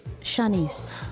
Shanice